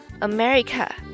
America